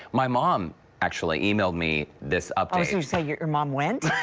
my mom actually e-mailed me this up and you say your your mom went